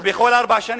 או בכל ארבע שנים.